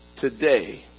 today